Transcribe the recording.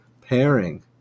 pairing